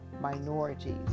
minorities